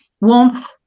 warmth